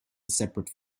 separate